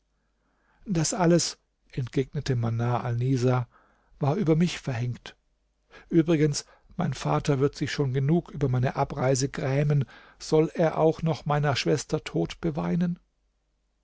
das alles entgegnete manar alnisa war über mich verhängt übrigens mein vater wird sich schon genug über meine abreise grämen soll er auch noch meiner schwester tod beweinen